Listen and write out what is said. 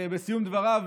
בסיום דבריו